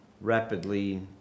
rapidly